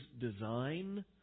design